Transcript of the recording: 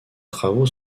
travaux